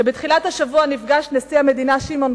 שבתחילת השבוע נפגש נשיא המדינה שמעון